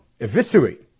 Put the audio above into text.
eviscerate